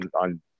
on